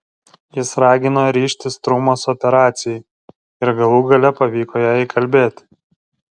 jis ragino ryžtis strumos operacijai ir galų gale pavyko ją įkalbėti